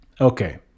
Okay